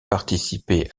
participé